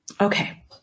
Okay